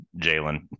Jalen